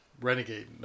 renegade